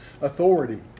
authority